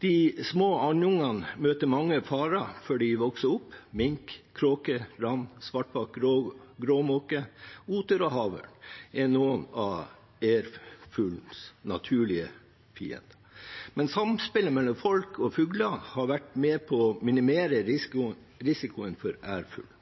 De små andungene møter mange farer før de vokser opp. Mink, kråke, ravn, svartbak, gråmåke, oter og havørn er noen av ærfuglens naturlige fiender, men samspillet mellom folk og fugler har vært med på å minimere risikoen for ærfuglen. For